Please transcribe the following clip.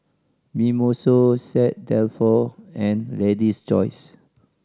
Mimosa Set Dalfour and Lady's Choice